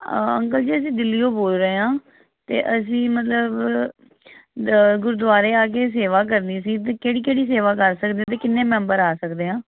uncle ji ਅਸੀਂ ਦਿੱਲੀਓਂ ਬੋਲ ਰਹੇ ਹਾਂ ਅਤੇ ਅਸੀਂ ਮਤਲਬ ਗੁਰਦੁਆਰੇ ਆ ਕੇ ਸੇਵਾ ਕਰਨੀ ਸੀ ਅਤੇ ਕਿਹੜੀ ਕਿਹੜੀ ਸੇਵਾ ਕਰ ਸਕਦੇ ਅਤੇ ਕਿੰਨੇ ਮੈਂਬਰ ਆ ਸਕਦੇ ਹਾਂ